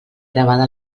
gravada